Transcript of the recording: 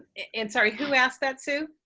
and sorry who asked that sue?